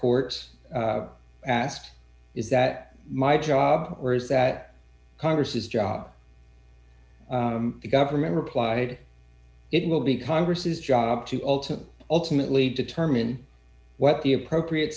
courts asked is that my job or is that congress's job the government replied it will be congress's job to ultimately ultimately determine what the appropriate